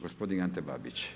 Gospodin Ante Babić.